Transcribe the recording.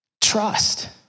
trust